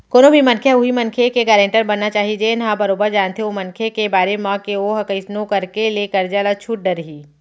कोनो भी मनखे ह उहीं मनखे के गारेंटर बनना चाही जेन ह बरोबर जानथे ओ मनखे के बारे म के ओहा कइसनो करके ले करजा ल छूट डरही